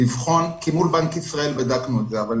כי מול בנק ישראל בדקנו את זה, אבל